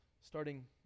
Starting